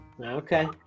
Okay